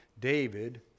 David